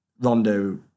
Rondo